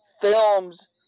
films